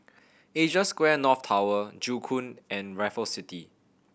Asia Square North Tower Joo Koon and Raffles City